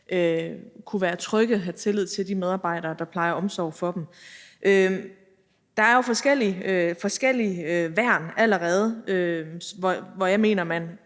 kunne være trygge og have tillid til de medarbejdere, der plejer omsorg for dem. Der er jo forskellige værn allerede, hvor jeg mener,